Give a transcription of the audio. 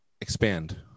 Expand